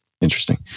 Interesting